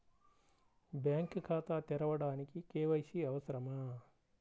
Bank ఖాతా తెరవడానికి KYC అవసరమా?